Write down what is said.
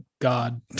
God